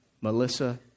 Melissa